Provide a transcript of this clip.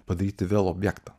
padaryti vėl objektą